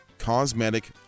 Cosmetic